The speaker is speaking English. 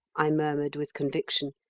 i murmured with conviction,